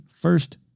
first